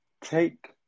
take